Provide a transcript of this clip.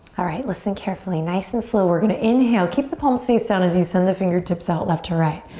alright, listen carefully, nice and slow, we're gonna inhale. keep the palms face down as you send the fingertips out left to right.